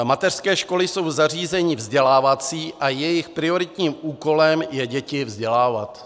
Mateřské školy jsou zařízení vzdělávací a jejich prioritním úkolem je děti vzdělávat.